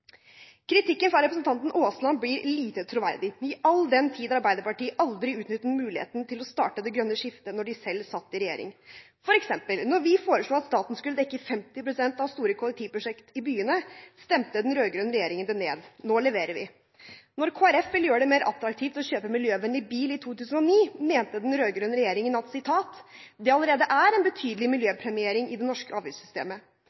Kritikken fra representanten Aasland blir lite troverdig, all den tid Arbeiderpartiet aldri utnyttet muligheten til å starte det grønne skiftet da de selv satt i regjering. For eksempel: Da vi foreslo at staten skulle dekke 50 pst. av store kollektivprosjekt i byene, stemte den rød-grønne regjeringen det ned. Nå leverer vi. Da Kristelig Folkeparti ville gjøre det mer attraktivt å kjøpe miljøvennlig bil i 2009, mente den rød-grønne regjeringen at det allerede er en betydelig